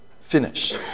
finish